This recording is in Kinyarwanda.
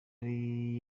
ari